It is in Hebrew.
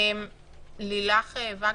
לילך וגנר,